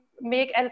make